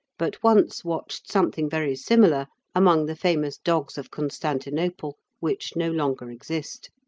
but once watched something very similar among the famous dogs of constantinople, which no longer exist.